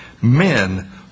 Men